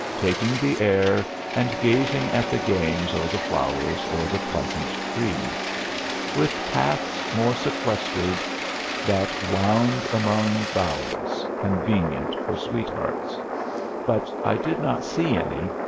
taking the air and gazing at the games or the flowers or the pleasant trees with paths more sequestered that wound among bowers, convenient for sweethearts but i did not see any,